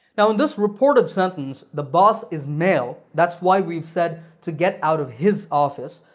now, in this reported sentence, the boss is male that's why we've said, to get out of his office.